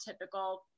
typical